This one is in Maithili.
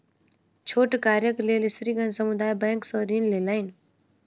छोट कार्यक लेल स्त्रीगण समुदाय बैंक सॅ ऋण लेलैन